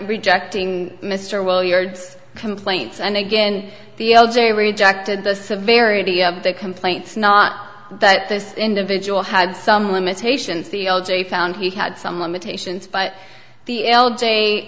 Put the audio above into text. rejecting mr well yard's complaints and again the l j rejected the severity of the complaints not that this individual had some limitations the old j found he had some limitations but the